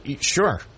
Sure